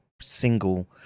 single